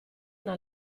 una